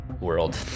world